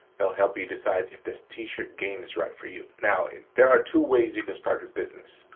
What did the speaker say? they'll help you decide if this t-shirt game is right for you. now there are two ways you can start your business.